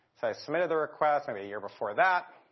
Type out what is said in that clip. so i submitted the request maybe a year before that.